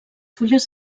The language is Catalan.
fulles